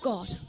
God